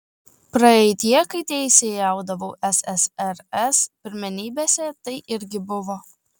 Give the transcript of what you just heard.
praeityje kai teisėjaudavau ssrs pirmenybėse tai irgi buvo